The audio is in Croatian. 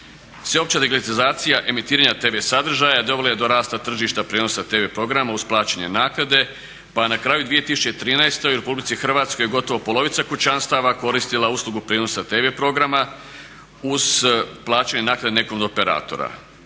Sve opća digitalizacija emitiranja TV sadržaja dovela je do rasta tržišta prijenosa TV programa uz plaćanje naknade, pa je na kraju 2013. u RH gotovo polovica kućanstava koristila uslugu prijenosa TV programa uz plaćanje naknade nekom od operatora.